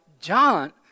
John